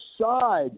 side